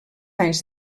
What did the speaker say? anys